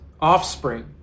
offspring